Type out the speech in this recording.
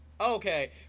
Okay